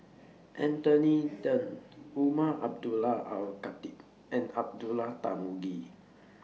Anthony Then Umar Abdullah Al Khatib and Abdullah Tarmugi